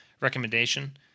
recommendation